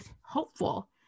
hopeful